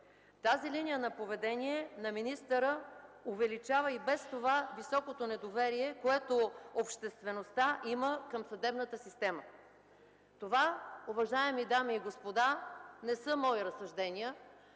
Тази линия на поведение на министъра увеличава и без това високото недоверие, което обществеността има към съдебната система. Това, уважаеми дами и господа, не са мои разсъждения,